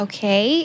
Okay